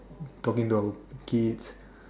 talking to our kids